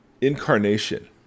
incarnation